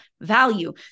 value